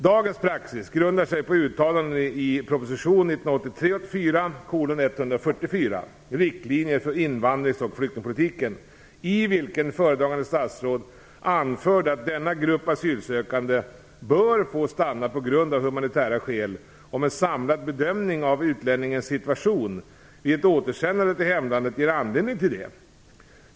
Dagens praxis grundar sig på uttalanden i proposition 1983/84:144, "Riktlinjer för invandrings och flyktingpolitiken" i vilken föredragande statsråd anförde att denna grupp asylsökande bör få stanna på grund av humanitära skäl, om en samlad bedömning av utlänningens situation vid ett återsändande till hemlandet ger anledning till det.